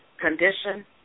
condition